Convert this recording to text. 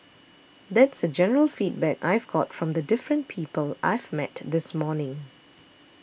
that's the general feedback I've got from the different people I've met this morning